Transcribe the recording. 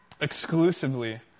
Exclusively